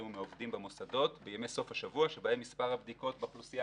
ומעובדים במוסדות בימי סוף השבוע שבהם מספר הבדיקות באוכלוסייה